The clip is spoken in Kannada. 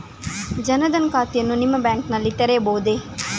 ಜನ ದನ್ ಖಾತೆಯನ್ನು ನಿಮ್ಮ ಬ್ಯಾಂಕ್ ನಲ್ಲಿ ತೆರೆಯಬಹುದೇ?